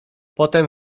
potem